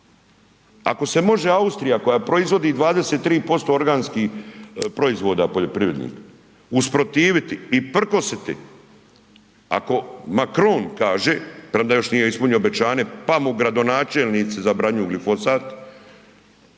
Ako se može Austrija koja proizvodi 23% organskih proizvoda poljoprivrednih usprotiviti i prkositi, ako Macron kaže, premda još nije ispunio obećanje, pa mu gradonačelnici zabranjuju glifosat,